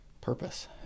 purpose